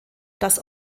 das